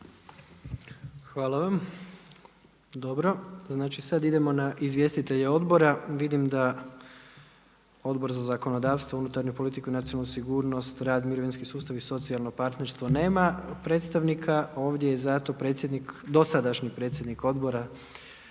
Hvala vam. Dobro, znači sad idemo na izvjestitelja odbora. Vidim da Odbor za zakonodavstvo, unutarnju politiku i nacionalnu sigurnost, rad, mirovinski sustav i socijalno partnerstvo, nema predstavnika, ovdje je zato predsjednik, dosadašnji predsjednik Odbora